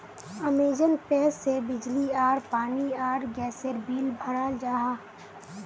Amazon pay से बिजली आर पानी आर गसेर बिल बहराल जाहा